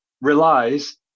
relies